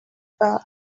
fell